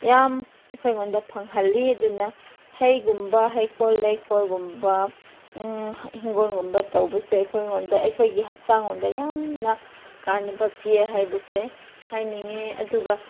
ꯌꯥꯝ ꯑꯩꯈꯣꯏ ꯑꯩꯉꯣꯟꯗ ꯐꯪꯍꯜꯂꯤ ꯑꯗꯨꯅ ꯍꯩꯒꯨꯝꯕ ꯍꯩꯀꯣꯜ ꯂꯩꯀꯣꯜꯒꯨꯝꯕ ꯍꯤꯡꯒꯣꯜꯒꯨꯝꯕ ꯇꯧꯕꯁꯦ ꯑꯩꯈꯣꯏꯉꯣꯟꯗ ꯑꯩꯈꯣꯏꯒꯤ ꯍꯛꯆꯥꯡ ꯂꯣꯝꯗ ꯌꯥꯝꯅ ꯀꯥꯟꯅꯕ ꯄꯤꯌꯦ ꯍꯥꯏꯕꯁꯦ ꯍꯥꯏꯅꯤꯡꯉꯦ ꯑꯗꯨꯒ